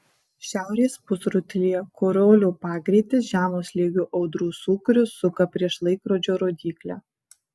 šiaurės pusrutulyje koriolio pagreitis žemo slėgio audrų sūkurius suka prieš laikrodžio rodyklę